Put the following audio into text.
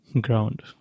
ground